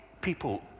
people